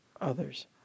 others